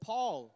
Paul